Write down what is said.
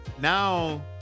now